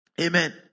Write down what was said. Amen